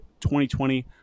2020